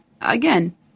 again